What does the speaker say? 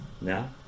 now